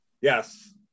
Yes